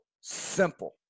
simple